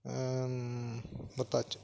பத்தாச்சு